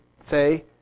say